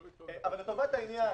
אבל לטובת העניין,